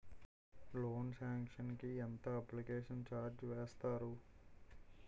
Loan sanction కి ఎంత application charge వేస్తారు?